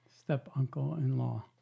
Step-uncle-in-law